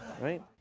Right